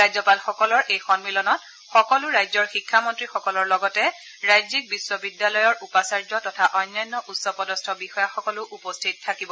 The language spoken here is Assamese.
ৰাজ্যপালসকলৰ এই সম্মিলনত সকলো ৰাজ্যৰ শিক্ষামন্ত্ৰীসকলৰ লগতে ৰাজ্যিক বিশ্ববিদ্যালয়ৰ উপাচাৰ্য তথা অন্যান্য উচ্চপদস্থ বিষয়াসকলো উপস্থিত থাকিব